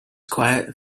quiet